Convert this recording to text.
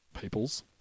peoples